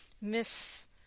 miss